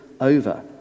over